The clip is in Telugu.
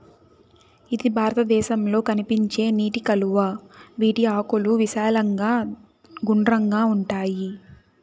ఇది భారతదేశంలో కనిపించే నీటి కలువ, వీటి ఆకులు విశాలంగా గుండ్రంగా ఉంటాయి